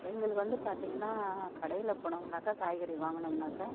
எங்களுக்கு வந்து பார்த்தீங்கன்னா கடையில போனோம்னாக்க காய்கறி வாங்கணும்னாக்க